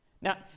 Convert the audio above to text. Now